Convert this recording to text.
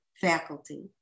faculty